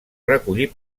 recollir